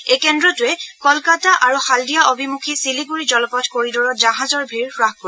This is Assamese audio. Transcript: এই কেন্দ্ৰটোৱে কলকাতা আৰু হালদিয়া অভিমুখী শিলিণ্ডৰি জলপথ কৰিডৰত জাহাজৰ ভিৰ হ্ৰাস কৰিব